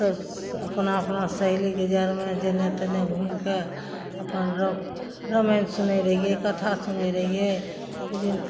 स सब अपना अपना सहेलीके जड़मे जेने तेने घुमि कऽ अपन रऽ रामायण सुनय रहियै कथा सुनय रहियै जे